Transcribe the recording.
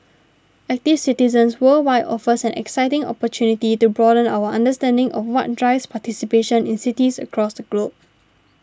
active citizens worldwide offers an exciting opportunity to broaden our understanding of what drives participation in cities across the globe